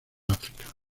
áfrica